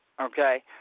okay